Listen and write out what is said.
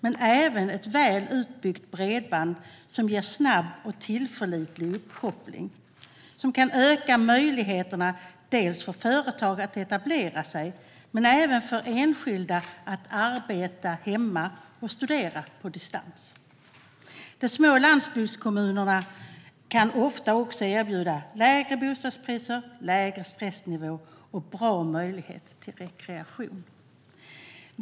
Det behövs även ett väl utbyggt bredband som ger snabb och tillförlitlig uppkoppling och ökad möjlighet för företag att etablera sig och för enskilda att arbeta hemma och studera på distans. De små landsbygdskommunerna kan ofta erbjuda lägre bostadspriser, lägre stressnivå och bra möjlighet till rekreation.